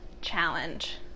challenge